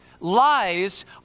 lies